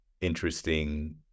interesting